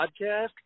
podcast